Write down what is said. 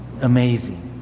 amazing